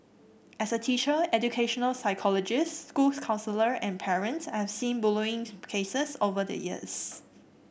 as a teacher educational psychologist school counsellor and parent I've seen bullying cases over the years